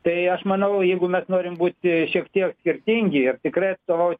tai aš manau jeigu mes norim būti šiek tiek skirtingiir tikrai atstovaut